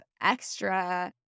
extra